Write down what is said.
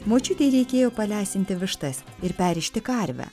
močiutei reikėjo palesinti vištas ir perrišti karvę